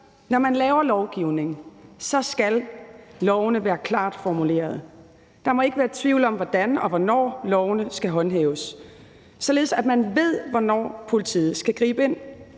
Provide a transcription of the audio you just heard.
Når man laver lovgivning, skal lovene være klart formuleret. Der må ikke være tvivl om, hvordan og hvornår lovene skal håndhæves, således at man ved, hvornår politiet skal gribe ind.